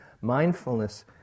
Mindfulness